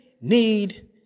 need